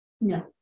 No